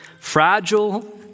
Fragile